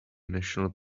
national